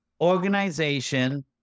organization